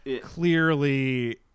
clearly